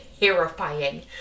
terrifying